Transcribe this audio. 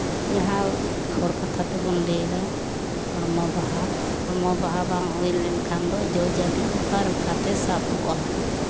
ᱡᱟᱦᱟᱸ ᱦᱚᱲ ᱠᱟᱛᱷᱟ ᱛᱮᱵᱚᱱ ᱞᱟᱹᱭᱫᱟ ᱦᱚᱲᱢᱚ ᱵᱟᱦᱟ ᱦᱚᱲᱢᱚ ᱵᱟᱦᱟ ᱵᱟᱝ ᱦᱩᱭ ᱞᱮᱱᱠᱷᱟᱱ ᱫᱚ ᱡᱚ ᱡᱟᱹᱞᱤ ᱚᱱᱠᱟ ᱞᱮᱠᱟᱛᱮ ᱥᱟᱵᱚᱜᱼᱟ